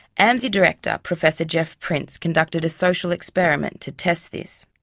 amsi director, professor geoff prince, conducted a social experiment to test this.